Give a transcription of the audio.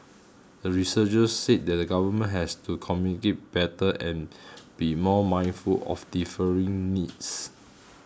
the researchers said that the government has to communicate better and be more mindful of differing needs